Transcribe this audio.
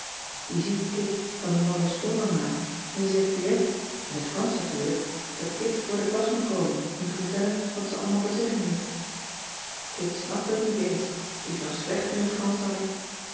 die ziet kit van die malle sprongen maken en ze zegt direct in t fransch natuurlijk dat kit voor de klas moet komen om te vertellen wat ze allemaal te zeggen heeft kit snapte t niet eens die is nog slechter in fransch dan ik